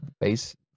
base